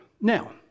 Now